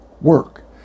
work